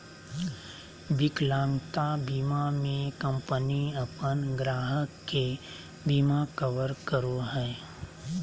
विकलांगता बीमा में कंपनी अपन ग्राहक के बिमा कवर करो हइ